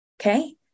Okay